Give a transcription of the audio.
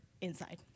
inside